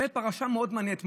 פרשה מאוד מעניינת,